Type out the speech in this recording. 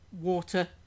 water